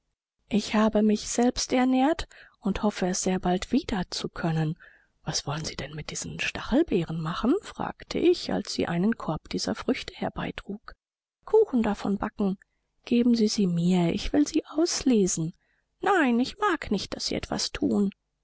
ich habe mich selbst ernährt und hoffe es sehr bald wieder zu können was wollen sie denn mit diesen stachelbeeren machen fragte ich als sie einen korb dieser früchte herbeitrug kuchen davon backen geben sie sie mir ich will sie auslesen nein ich mag nicht daß sie etwas thun